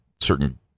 certain